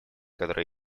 которые